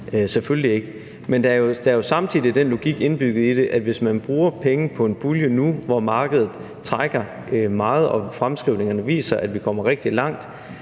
selvfølgelig ikke. Men der er jo samtidig den logik indbygget i det, at hvis man bruger penge på en pulje nu, hvor markedet trækker meget og fremskrivningerne viser, at vi kommer rigtig langt,